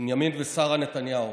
בנימין ושרה נתניהו,